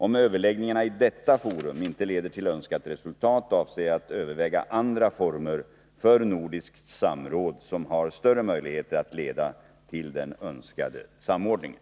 Om överläggningarna i detta forum inte leder till önskat resultat, avser jag att överväga andra former för nordiskt samråd som har större möjligheter att leda till den önskade samordningen.